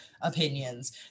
opinions